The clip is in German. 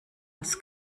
als